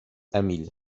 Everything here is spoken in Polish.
emil